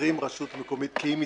שפוטרים רשות מקומית כי היא מצטיינת,